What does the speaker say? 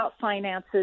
finances